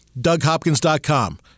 DougHopkins.com